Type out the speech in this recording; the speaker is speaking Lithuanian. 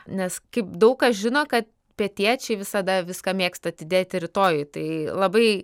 nes kaip daug kas žino kad pietiečiai visada viską mėgsta atidėti rytojui tai labai